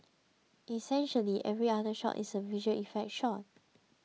essentially every other shot is a visual effect shot